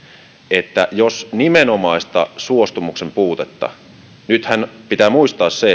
että jos nimenomaisen suostumuksen puute nythän pitää muistaa se